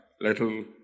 little